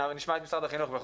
שנשמע את משרד החינוך.